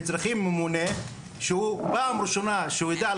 ויש אצלכם ממונה שבפעם הראשונה שהוא שמע על